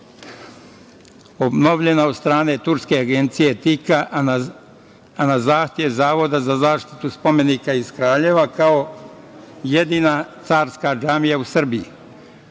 Obnoveljna je od strane turske agencije TIKA, a na zahtev Zavoda za zaštitu spomenika iz Kraljeva, kao jedina carska džamija u Srbiji.